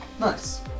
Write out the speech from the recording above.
Nice